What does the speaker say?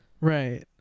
right